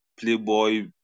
playboy